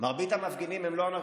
"טרוריסטים".